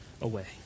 away